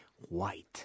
White